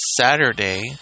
Saturday